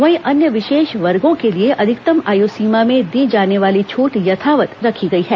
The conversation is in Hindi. वहीं अन्य विशेष वर्गों के लिए अधिकतम आय सीमा में दी जाने वाली छट यथावत रखी गई है